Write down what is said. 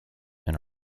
and